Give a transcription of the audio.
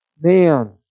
man